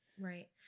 Right